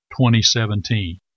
2017